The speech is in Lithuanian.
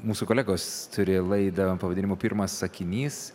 mūsų kolegos turi laidą pavadinimu pirmas sakinys